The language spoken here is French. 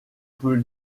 peut